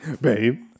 babe